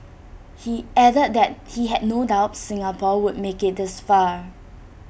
he added that he had no doubt Singapore would make IT this far